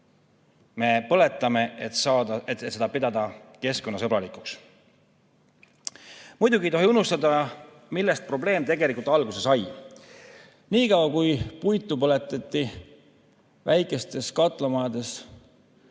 me põletame, et seda saaks pidada keskkonnasõbralikuks. Muidugi ei tohi unustada, millest probleem alguse sai. Niikaua kui puitu põletati väikestes katlamajades,